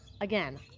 again